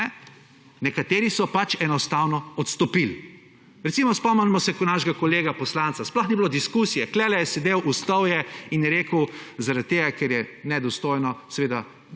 nekateri so pač enostavno odstopili. Recimo spomnimo se, ko našega kolega poslanca, sploh ni bilo diskusije, tule je sedel, vstal je in rekel, zaradi tega, ker je nedostojno, seveda